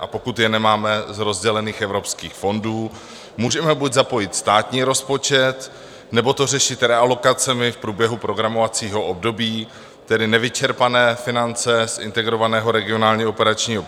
A pokud je nemáme z rozdělených evropských fondů, můžeme buď zapojit státní rozpočet, nebo to řešit realokacemi v průběhu programovacího období, tedy nevyčerpané finance z Integrovaného regionálního operačního